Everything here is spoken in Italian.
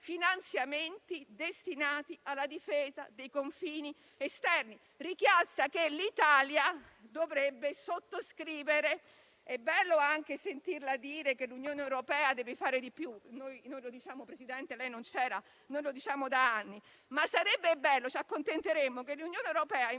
finanziamenti destinati alla difesa dei confini esterni, richiesta che l'Italia dovrebbe sottoscrivere. È bello sentirle dire che l'Unione europea deve fare di più; Presidente, lei non c'era, ma noi lo diciamo da anni. Ci accontenteremmo che l'Unione europea,